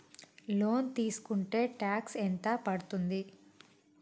Loan తీస్కుంటే tax ఎంత పడ్తుంది?